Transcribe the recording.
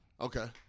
okay